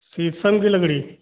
शीशम की लकड़ी